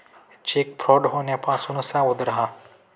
check fraud होण्यापासून सावध रहा